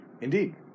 Indeed